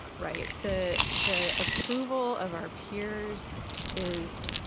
right? the the approval of our peers is,